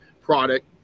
product